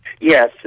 Yes